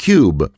Cube